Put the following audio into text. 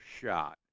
shot